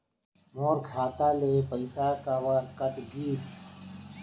मोर खाता ले पइसा काबर कट गिस?